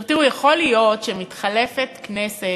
תראו, יכול להיות שמתחלפת כנסת,